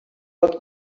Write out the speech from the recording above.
not